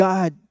God